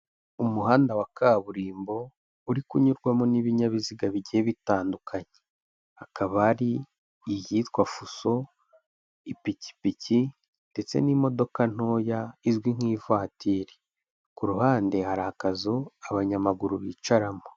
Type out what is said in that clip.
Umuhanda wa kaburimbo uri kunyurwamo n'ibinyabiziga bigiye bitandukanye, hakaba hari iyitwa fuso, ipikipiki, ndetse n'imodoka ntoya izwi nk'ivatiri, ku ruhande hari akazu abanyamaguru bicaramo.